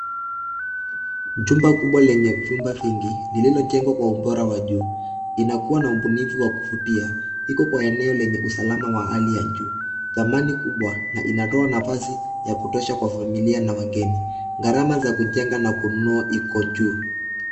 Jumba kubwa lenye vyumba vingi lililojengwa kwa ubora wa juu. Inakuwa na ubunifu wa kuvutia .Iko kwa eneo lenye usalama wa hali ya juu, dhamani kubwa na inatoa nafasi ya kutosha kwa familia na wageni. Gharama za kununua na kujenga iko juu.